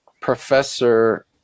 professor